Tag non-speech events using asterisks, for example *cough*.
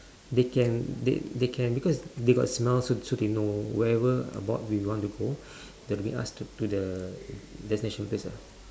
*breath* they can they they can because they got smell so so they know wherever about we want to go *breath* they will bring us to to the destination place ah